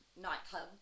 nightclub